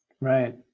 Right